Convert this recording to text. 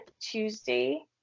Tuesday